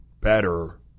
better